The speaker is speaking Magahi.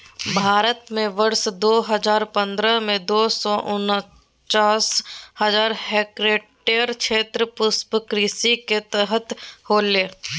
भारत में वर्ष दो हजार पंद्रह में, दो सौ उनचास हजार हेक्टयेर क्षेत्र पुष्पकृषि के तहत होले